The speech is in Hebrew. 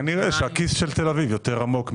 כנראה הכיס של תל אביב יותר עמוק.